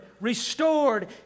restored